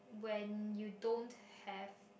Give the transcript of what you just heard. when you don't have